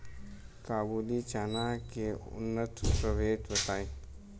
काबुली चना के उन्नत प्रभेद बताई?